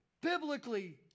biblically